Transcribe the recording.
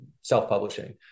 self-publishing